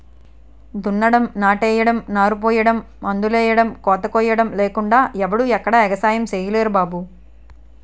దున్నడం, నాట్లెయ్యడం, నారుపొయ్యడం, మందులెయ్యడం, కోతకొయ్యడం లేకుండా ఎవడూ ఎక్కడా ఎగసాయం సెయ్యలేరు బాబూ